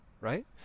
right